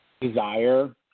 desire